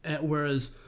Whereas